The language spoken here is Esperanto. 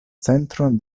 centron